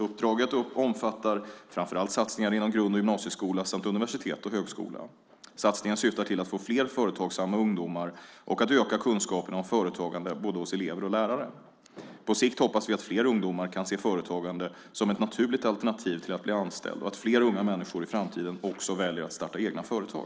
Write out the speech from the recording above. Uppdraget omfattar framför allt satsningar inom grund och gymnasieskola samt universitet och högskola. Satsningen syftar till att få fler företagsamma ungdomar och att öka kunskaperna om företagande hos både elever och lärare. På sikt hoppas vi att fler ungdomar kan se företagande som ett naturligt alternativ till att bli anställd och att fler unga människor i framtiden också väljer att starta egna företag.